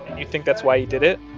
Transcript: you think that's why he did it?